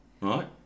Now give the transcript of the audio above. right